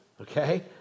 Okay